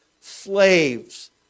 slaves